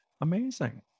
Amazing